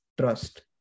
trust